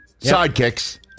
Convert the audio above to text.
sidekicks